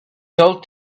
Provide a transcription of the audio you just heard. sell